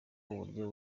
uburyo